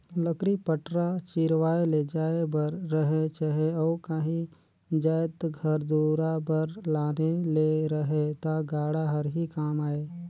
लकरी पटरा चिरवाए ले जाए बर रहें चहे अउ काही जाएत घर दुरा बर लाने ले रहे ता गाड़ा हर ही काम आए